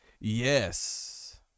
yes